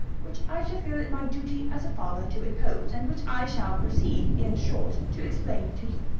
which i should feel it my duty as a father to impose and which i shall proceed, in short, to explain to you.